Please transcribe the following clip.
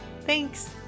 Thanks